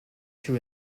two